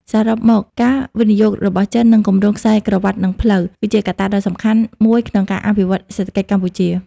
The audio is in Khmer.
សរុបមក ការវិនិយោគរបស់ចិន និងគម្រោងខ្សែក្រវាត់ និងផ្លូវ គឺជាកត្តាដ៏សំខាន់មួយក្នុងការអភិវឌ្ឍន៍សេដ្ឋកិច្ចកម្ពុជា។